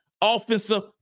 offensive